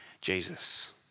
Jesus